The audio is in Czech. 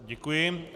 Děkuji.